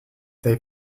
they